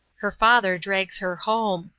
her father drags her home.